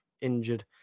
injured